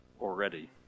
already